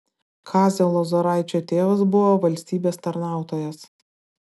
kazio lozoraičio tėvas buvo valstybės tarnautojas